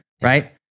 right